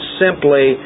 simply